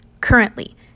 Currently